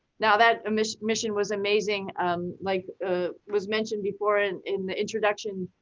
now that mission mission was amazing, um like ah was mentioned before and in the introduction.